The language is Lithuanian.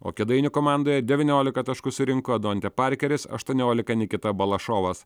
o kėdainių komandoje devyniolika taškų surinko dontė parkeris aštuoniolika nikita balašovas